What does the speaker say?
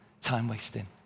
time-wasting